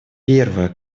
первая